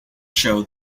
show